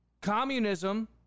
Communism